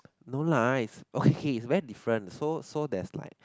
not nice oh K K it's very different so so there's like